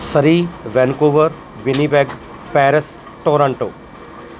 Surrey Vancouver Winnipeg Paris Toronto